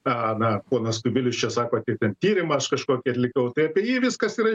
a na ponas kubilius čia sako kaip ten tyrimą aš kažkokį atlikau tai apie jį viskas yra